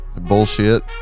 Bullshit